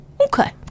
Okay